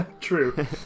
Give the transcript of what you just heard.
True